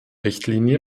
richtlinie